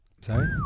Sorry